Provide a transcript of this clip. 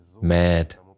mad